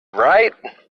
right